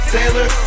Taylor